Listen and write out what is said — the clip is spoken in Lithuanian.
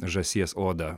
žąsies odą